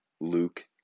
Luke